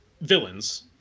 villains